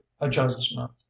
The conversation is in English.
adjustment